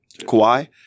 Kawhi